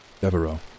Devereaux